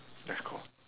that's call